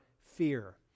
fear